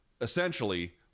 essentially